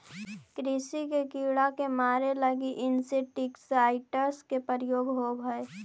कृषि के कीड़ा के मारे के लगी इंसेक्टिसाइट्स् के प्रयोग होवऽ हई